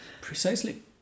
Precisely